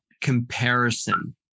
comparison